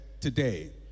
today